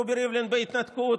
רובי ריבלין בהתנתקות,